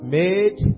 made